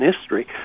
history